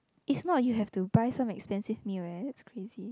is not you have to buy some expensive meal eh that's crazy